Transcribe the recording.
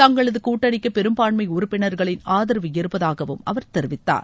தங்களது கூட்டணிக்கு பெரும்பான்மை உறப்பினர்களின் ஆதரவு இருப்பதாகவும் அவர் தெரிவித்தார்